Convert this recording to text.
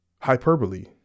hyperbole